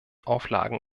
auflagen